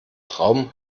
traum